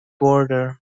border